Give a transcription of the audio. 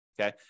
okay